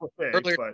earlier